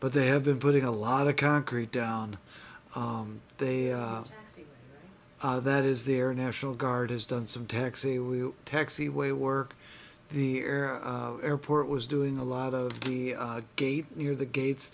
but they have been putting a lot of concrete down they think that is their national guard has done some taxi we taxi way work the air airport was doing a lot of the gate near the gates